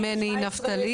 מני נפתלי.